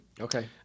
Okay